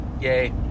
Yay